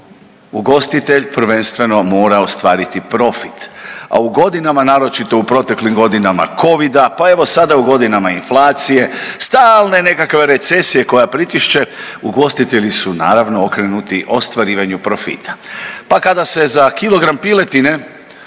ugostitelj prvenstveno mora ostvariti profit, a u godinama naročito u proteklim godinama covida, pa evo sada u godinama inflacije stalne nekakve recesije koja pritišće ugostitelji su naravno okrenuti ostvarivanju profita. Pa kada se za kilogram piletine